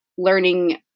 learning